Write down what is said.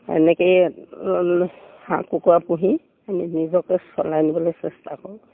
এনেকৈয়ে হাঁহ কুকুৰা পুহি আমি নিজকে চলাই নিবলৈ চেষ্টা কৰোঁ